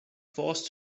forced